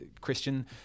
Christian